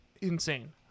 Insane